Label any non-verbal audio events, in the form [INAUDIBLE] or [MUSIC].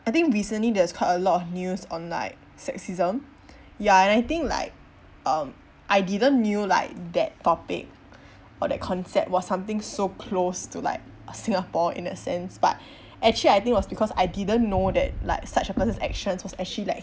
I think recently there's quite a lot of news on like sexism ya and I think like um I didn't knew like that topic or that concept was something so close to like uh singapore in a sense but [BREATH] actually I think it was because I didn't know that like such a person's actions was actually like